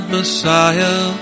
Messiah